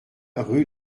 rue